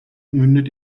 mündet